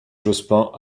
jospin